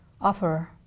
offer